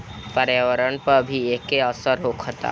पर्यावरण पर भी एके असर होखता